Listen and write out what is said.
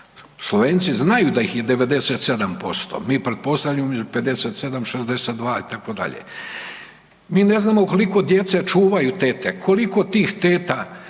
Slovenci znaju da ih je 97%, mi pretpostavljamo između 57 – 62 itd. Mi ne znamo koliko djece čuvaju tete, koliko tih teta,